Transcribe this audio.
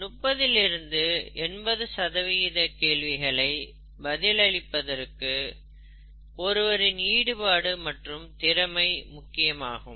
30 இல் இருந்து 80 கேள்விகளை பதிலளிப்பதற்கு ஒருவரின் ஈடுபாடு மற்றும் திறமை முக்கியமாகும்